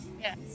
Yes